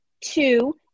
two